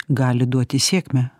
gali duoti sėkmę